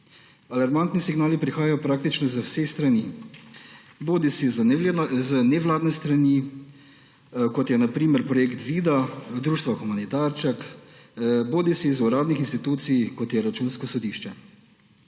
Alarmantni signali prihajajo praktično z vseh strani, bodisi z nevladne strani, kot je na primer projekt Vida društva Humanitarček, bodisi z uradnih institucij, kot je Računsko sodišče.